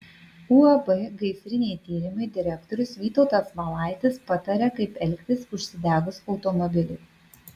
uab gaisriniai tyrimai direktorius vytautas valaitis pataria kaip elgtis užsidegus automobiliui